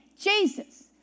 Jesus